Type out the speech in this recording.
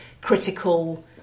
critical